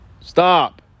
Stop